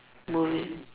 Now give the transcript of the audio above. movie